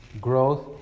growth